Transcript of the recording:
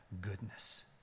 goodness